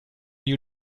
you